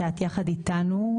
שאת יחד איתנו,